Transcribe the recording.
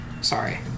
Sorry